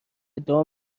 ادعا